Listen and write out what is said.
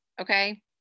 okay